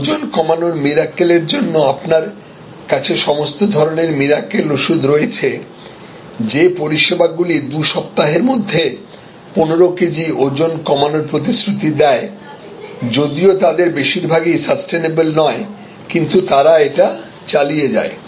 ওজন কমানোর মিরাকেল এর জন্য আপনার কাছে সমস্ত ধরণের মিরাকেল ওষুধ রয়েছে যে পরিষেবাগুলি 2 সপ্তাহের মধ্যে 15 কেজি ওজন কমানোর প্রতিশ্রুতি দেয়যদিও তাদের বেশিরভাগই সাসটেইনেবল নয় কিন্তু তারা এটা চালিয়ে যায়